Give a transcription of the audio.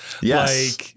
Yes